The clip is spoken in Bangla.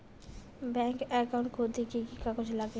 ব্যাঙ্ক একাউন্ট খুলতে কি কি কাগজ লাগে?